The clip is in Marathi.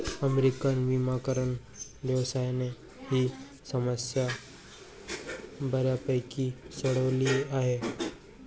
अमेरिकन वनीकरण व्यवसायाने ही समस्या बऱ्यापैकी सोडवली आहे